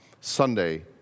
Sunday